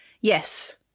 yes